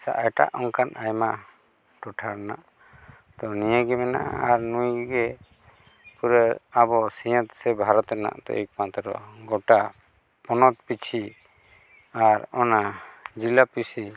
ᱥᱮ ᱮᱴᱟᱜ ᱚᱱᱠᱟᱱ ᱟᱭᱢᱟ ᱴᱚᱴᱷᱟ ᱨᱮᱱᱟᱜ ᱛᱳ ᱱᱤᱭᱟᱹᱜᱮ ᱢᱮᱱᱟᱜᱼᱟ ᱟᱨ ᱱᱩᱭ ᱜᱮ ᱯᱩᱨᱟᱹ ᱟᱵᱚ ᱥᱤᱧᱚᱛ ᱥᱮ ᱵᱷᱟᱨᱚᱛ ᱨᱮᱱᱟᱜ ᱮᱠ ᱢᱟᱛᱨᱚ ᱜᱚᱴᱟ ᱯᱚᱱᱚᱛ ᱯᱤᱪᱷᱤ ᱟᱨ ᱚᱱᱟ ᱡᱮᱞᱟ ᱯᱤᱪᱷᱤ